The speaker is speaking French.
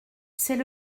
c’est